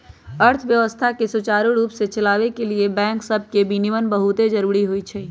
अर्थव्यवस्था के सुचारू रूप से चलाबे के लिए बैंक सभके विनियमन बहुते जरूरी होइ छइ